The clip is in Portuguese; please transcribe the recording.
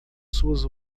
suas